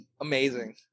Amazing